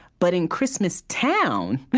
but in christmas town, but